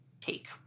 take